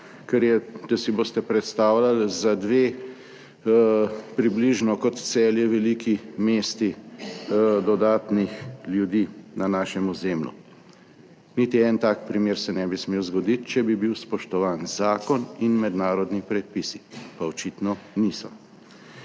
kar je, če si boste predstavljali, za dve približno kot Celje veliki mesti dodatnih ljudi na našem ozemlju. Niti en tak primer se ne bi smel zgoditi, če bi bil spoštovan zakon in mednarodni predpisi pa očitno niso.